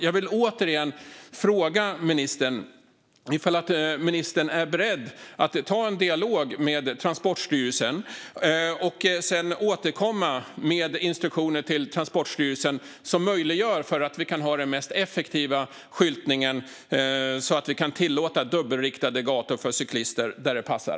Jag vill därför återigen fråga ministern om han är beredd att ta en dialog med och sedan återkomma till Transportstyrelsen med instruktioner som möjliggör den mest effektiva skyltningen så att vi kan tillåta dubbelriktade gator för cyklister där det passar.